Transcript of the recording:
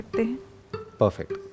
Perfect